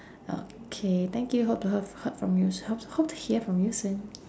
okay thank you hope to he~ heard from you s~ hopes hope to hear from you soon